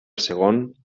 segon